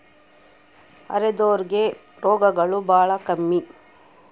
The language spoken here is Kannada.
ಅರೆದೋರ್ ಗೆ ರೋಗಗಳು ಬಾಳ ಕಮ್ಮಿ